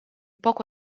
poco